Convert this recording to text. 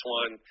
one